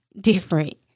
different